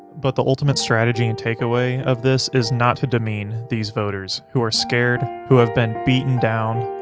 but the ultimate strategy and takeaway of this is not to demean these voters, who are scared, who have been beaten down,